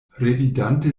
revidante